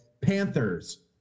Panthers